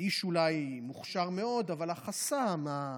האיש אולי מוכשר מאוד, אבל החסם, הגישה,